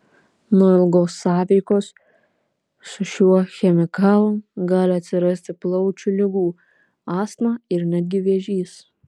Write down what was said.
nuo ilgos sąveikos su šiuo chemikalu gali atsirasti plaučių ligų astma ir netgi vėžys